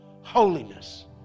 Holiness